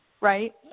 right